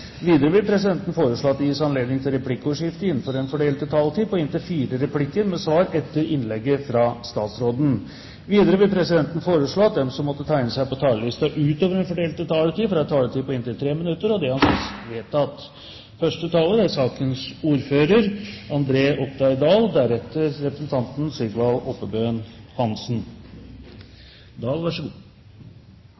Videre vil presidenten foreslå at det gis anledning til replikkordskifte på inntil fire replikker med svar etter innlegget fra statsråden innenfor den fordelte taletid. Videre vil presidenten foreslå at de som måtte tegne seg på talerlisten utover den fordelte taletid, får en taletid på inntil 3 minutter. – Det anses vedtatt. Første taler er representanten Ragnhild Aarflot Kalland, som taler på vegne av sakens ordfører,